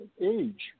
age